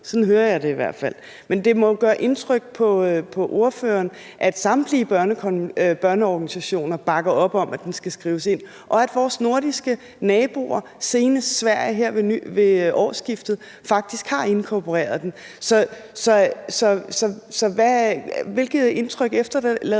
Sådan hører jeg det i hvert fald. Men det må vel gøre indtryk på ordføreren, at samtlige børneorganisationer bakker op om, at den skal skrives ind, og at vores nordiske naboer, senest Sverige her ved årsskiftet, faktisk har inkorporeret den. Hvilket indtryk efterlader